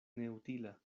neutila